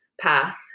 path